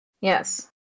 Yes